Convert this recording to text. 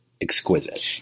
exquisite